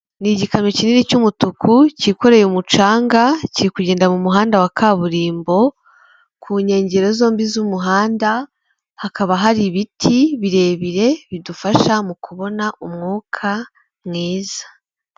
Ni igikamyo kinini cy'umutuku cyikoreye umucanga kiri kugenda mu muhanda wa kaburimbo. Ku nkengero zombi z'umuhanda hakaba hari ibiti birebire bidufasha mu kubona umwuka mwiza.